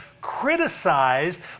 criticized